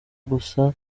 gusa